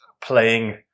playing